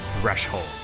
Threshold